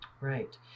right